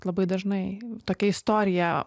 labai dažnai tokia istorija